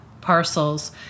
parcels